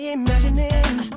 imagining